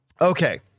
Okay